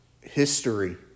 history